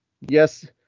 Yes